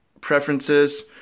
preferences